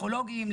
לפסיכולוגים,